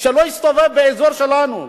שלא יסתובב באזור שלנו.